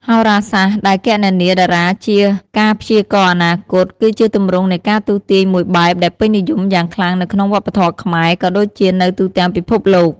ហោរាសាស្ត្រដែលគណនាតារាជាការព្យាករណ៍អនាគត គឺជាទម្រង់នៃការទស្សន៍ទាយមួយបែបដែលពេញនិយមយ៉ាងខ្លាំងនៅក្នុងវប្បធម៌ខ្មែរ ក៏ដូចជានៅទូទាំងពិភពលោក។